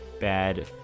bad